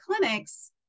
clinics